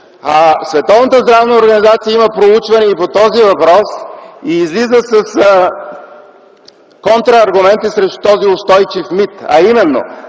има проучване и по този въпрос и излиза с контрааргументи срещу този устойчив мит, а именно,